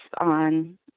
on